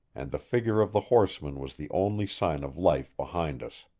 and the figure of the horseman was the only sign of life behind us.